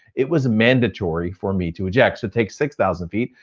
it was mandatory for me to eject. so it takes six thousand feet,